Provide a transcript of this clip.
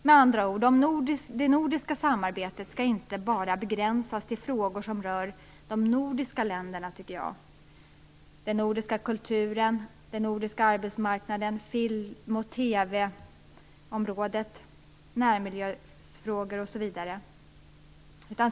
Med andra ord skall det nordiska samarbetet inte bara begränsas till frågor som rör de nordiska länderna; den nordiska kulturen, den nordiska arbetsmarknaden, film och TV områdena, närmiljöfrågor osv.